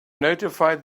notified